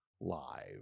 live